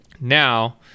Now